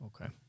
Okay